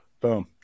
Boom